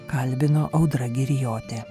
kalbino audra girijotė